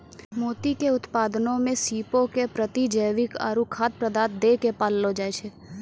मोती के उत्पादनो मे सीपो के प्रतिजैविक आरु खाद्य पदार्थ दै के पाललो जाय छै